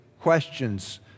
questions